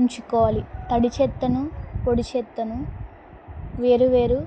ఉంచుకోవాలి తడి చెత్తను పొడి చెత్తను వేరు వేరు